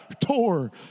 tore